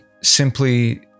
simply